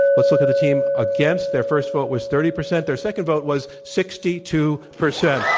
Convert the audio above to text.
let's look at the team against. their first vote was thirty percent. their second vote was sixty two percent.